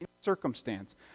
circumstance